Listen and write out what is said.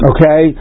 Okay